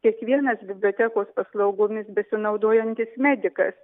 kiekvienas bibliotekos paslaugomis besinaudojantis medikas